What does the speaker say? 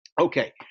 Okay